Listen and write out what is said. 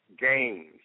Games